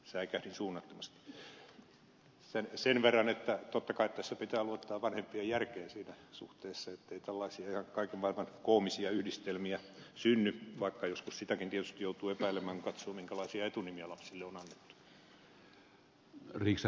pulliaisen lausumaan totean sen verran että totta kai tässä pitää luottaa vanhempien järkeen siinä suhteessa ettei tällaisia kaiken maailman koomisia yhdistelmiä synny vaikka joskus sitäkin tietysti joutuu epäilemään kun katsoo minkälaisia etunimiä lapsille on annettu